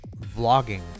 vlogging